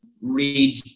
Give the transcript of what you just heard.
read